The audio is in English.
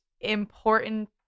important